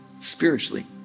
spiritually